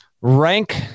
rank